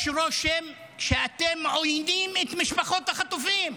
יש רושם שאתם עוינים כלפי משפחות החטופים,